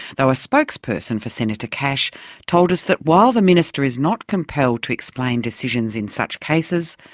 though a spokesperson for senator cash told us that while the minister is not compelled to explain decisions in such cases,